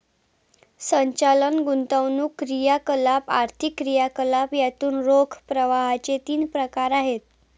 संचालन, गुंतवणूक क्रियाकलाप, आर्थिक क्रियाकलाप यातून रोख प्रवाहाचे तीन प्रकार आहेत